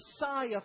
Messiah